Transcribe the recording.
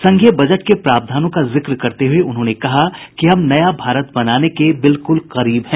संघीय बजट के प्रावधानों का जिक्र करते हुए उन्होंने कहा कि हम नया भारत बनाने के बिल्कुल करीब हैं